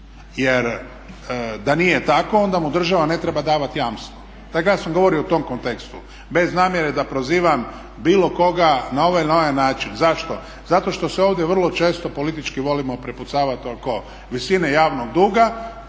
Jer da nije tako onda mu država ne treba davati jamstvo. Dakle ja sam govorio u tom kontekstu bez namjere da prozivam bilo koga na ovaj ili na onaj način. Zašto? Zato što se ovdje vrlo često politički volimo prepucavati oko visine javnog duga.